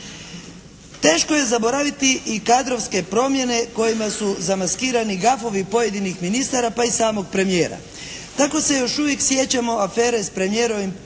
Teško je zaboraviti i kadrovske promjene kojima su zamaskirani gafovi pojedinih ministara pa i samog premijera. Tako se još uvijek sjećamo afere s premijerovim